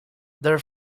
their